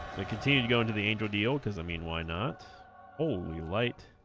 they continue to go into the angel deal because i mean why not oh you light